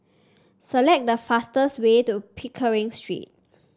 select the fastest way to Pickering Street